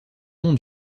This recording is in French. nom